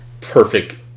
perfect